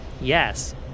yes